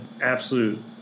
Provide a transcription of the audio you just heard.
absolute